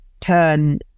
turn